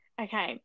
Okay